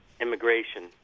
immigration